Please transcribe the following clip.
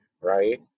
Right